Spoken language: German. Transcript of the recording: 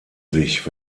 sich